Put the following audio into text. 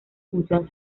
función